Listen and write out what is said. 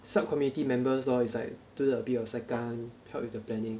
sub committee members lor is like do a bit of saikang and help with the planning